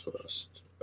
first